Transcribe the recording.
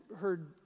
heard